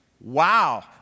Wow